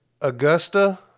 Augusta